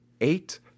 eight